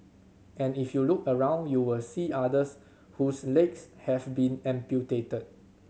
and if you look around you will see others whose legs have been amputated